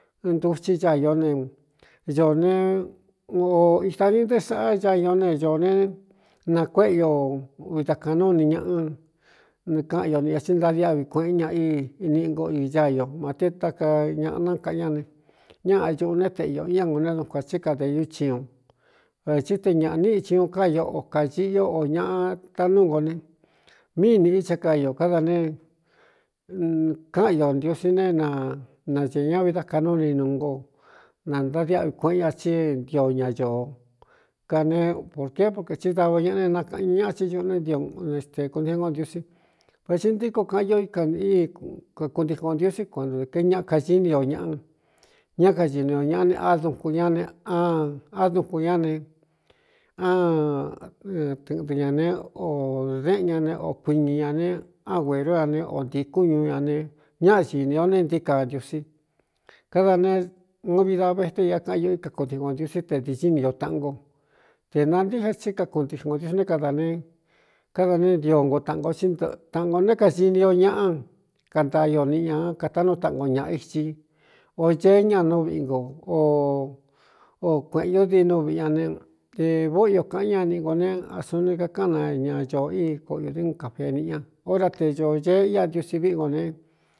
Iɨn ntuchi caió ne ño ne ō itā ni nté saꞌa ñañó ne ñoō ne nakuéꞌe o uda kaꞌa nú ini ñaꞌa kaꞌan ño niꞌi ña tsí ntadiáꞌvi kueꞌen ña iniꞌingo ɨ ñáño ma te ta ka ñaꞌa nakaꞌan ñá ne ñá añuꞌu né teꞌe ō ia ngo né dunjuān tsí kadēñú chi u vē tsí te ñāꞌa níꞌicñuu ká io o kañiꞌi o o ñaꞌa tanúu ngo ne míi nīꞌi chá kaiō káda ne káꞌan ño ntiusí ne na nacēē ña viꞌ dá kaꞌ nú ini nu ngo na ntadiáꞌvi kueꞌen ña thí ntio ña ñōo kane porképro kēti dava ñaꞌa ne nakaꞌan ñ ñaꞌa thí ñuꞌu né ntio ne tē kuntingu o ntiusí vetsi ntíkon kaꞌan io íka íi kakuntikun o ntiusí kuanto d ke ñaꞌa kañi ni o ñaꞌa ñá kañini ō ñaꞌa ne adunju ña ne án á dunju ñá ne ánɨtɨꞌtɨ ñā ne o déꞌen ña ne o kuiñī ñā ne án gērió ña ne o ntīi kún ñuú ña ne ñáꞌñīni o ne ntií ka ntiusí káda ne uu vi da vete ia kaꞌan io i kakuntikun o ntiusí te diñi ni o taꞌan go tē nantíje tí kakuntikñu ō ntiosí né kada ne káda né ntio ngo taꞌan gō o taꞌan g ō né kasini o ñaꞌa kantaa ño niꞌi ñā katanú taꞌan ko ñāꞌa ichi ō ceé ña nú viꞌi nko o o kuēꞌen io dinú viꞌi ña ne te vóꞌo io kāꞌán ña niꞌi ngo ne a suni kakáꞌan na ña ñoo í koꞌo ō di n ka feniꞌi ña ora te ñōo ñee ia ntiusi viꞌi ngo ne.